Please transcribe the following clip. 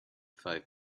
five